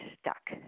stuck